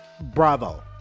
bravo